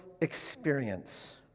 experience